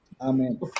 Amen